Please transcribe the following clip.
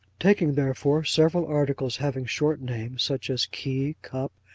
taking, therefore, several articles having short names, such as key, cup,